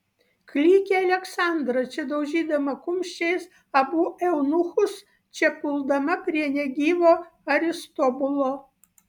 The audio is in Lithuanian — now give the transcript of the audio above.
klykė aleksandra čia daužydama kumščiais abu eunuchus čia puldama prie negyvo aristobulo